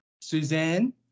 Suzanne